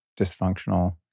dysfunctional